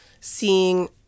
seeing